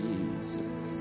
Jesus